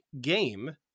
game